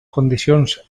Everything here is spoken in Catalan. condicions